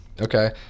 Okay